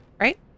Right